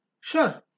Sure